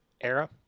era